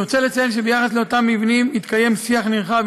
אני רוצה לציין שביחס לאותם מבנים התקיים שיח נרחב